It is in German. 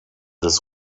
des